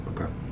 Okay